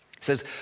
says